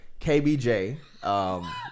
KBJ